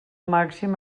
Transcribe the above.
màxim